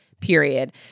period